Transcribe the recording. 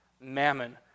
mammon